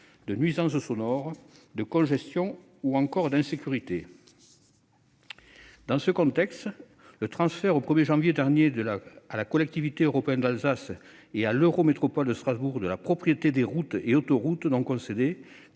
de nuisance sonore, de congestion ou encore d'insécurité. Dans ce contexte, le transfert au 1 janvier dernier à la CEA et à l'Eurométropole de Strasbourg de la propriété des routes et autoroutes non concédées,